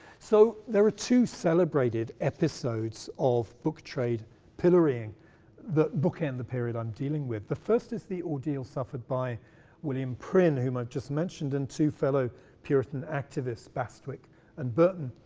so, there are two celebrated episodes of book trade pillorying that bookend the period i'm dealing with. the first is the ordeal suffered by william prynne, whom i just mentioned and two fellow puritan activists bastwick and burton,